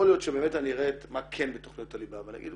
יכול להיות שבאמת אני אראה מה כן בתכניות הליבה ואני אגיד,